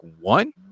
one